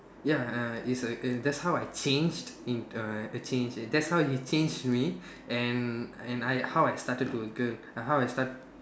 ya uh is uh that's how I changed in uh changed that's how he changed me and and how I started to a girl uh how I start